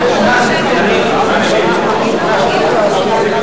והגנת הסביבה נתקבלה.